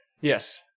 Yes